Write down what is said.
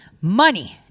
Money